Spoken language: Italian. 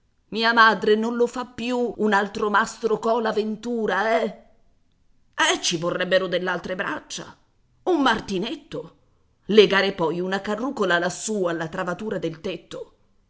mia madre non lo fa più un altro mastro cola ventura eh eh ci vorrebbero dell'altre braccia un martinetto legare poi una carrucola lassù alla travatura del tetto